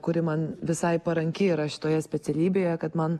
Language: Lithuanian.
kuri man visai paranki yra šitoje specialybėje kad man